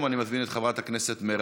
אני מציין לפרוטוקול שחברת הכנסת יעל